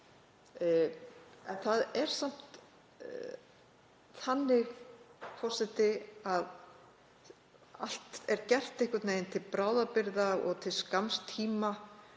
það er samt þannig, forseti, að allt er gert einhvern veginn til bráðabirgða og til skamms tíma.